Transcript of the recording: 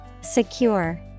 Secure